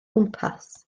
gwmpas